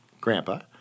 Grandpa